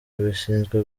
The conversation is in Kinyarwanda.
bishinzwe